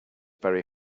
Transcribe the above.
very